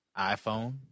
iPhone